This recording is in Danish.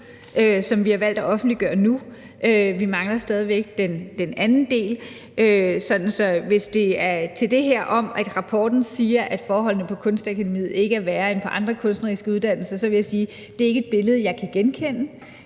som vi har valgt at offentliggøre nu; vi mangler stadig væk den anden del. Så hvis det er til det her om, at rapporten siger, at forholdene på Kunstakademiet ikke er værre end på andre kunstneriske uddannelser, så vil jeg sige, at det ikke er et billede, jeg kan genkende,